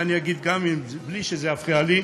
ואני אגיד בלי שזה יפריע לי,